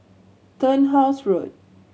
Turnhouse Road